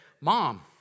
Mom